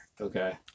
Okay